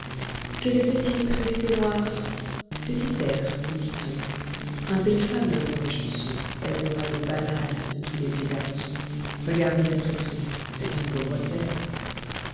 quelle est cette île triste et noire c'est cythère nous dit-on un pays fameux dans les chansons eldorado banal de tous les vieux garçons regardez après tout c'est une pauvre terre